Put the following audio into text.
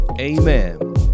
amen